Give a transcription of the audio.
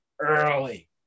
early